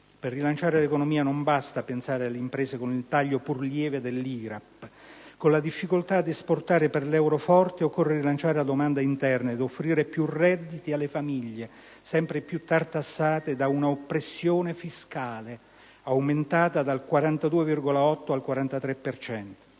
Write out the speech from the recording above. Per rilanciare l'economia non basta pensare alle imprese con il taglio, pur lieve, dell'IRAP. Con la difficoltà ad esportare a causa dell'euro forte, occorre rilanciare la domanda interna ed offrire più redditi alle famiglie, sempre più tartassate da una pressione fiscale aumentata dal 42,8 al 43